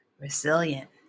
resilient